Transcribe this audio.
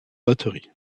batterie